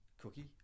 Cookie